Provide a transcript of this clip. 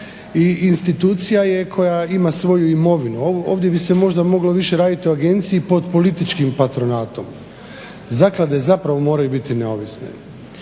i institucija je koja ima svoju imovinu. Ovdje bi se možda moglo više raditi o agenciji pod političkim patronatom. Zaklade zapravo moraju biti neovisne.